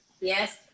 Yes